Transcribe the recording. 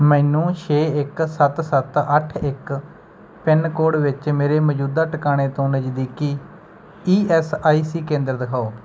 ਮੈਨੂੰ ਛੇ ਇੱਕ ਸੱਤ ਸੱਤ ਅੱਠ ਇੱਕ ਪਿੰਨਕੋਡ ਵਿੱਚ ਮੇਰੇ ਮੌਜੂਦਾ ਟਿਕਾਣੇ ਤੋਂ ਨਜ਼ਦੀਕੀ ਈ ਐੱਸ ਆਈ ਸੀ ਕੇਂਦਰ ਦਿਖਾਓ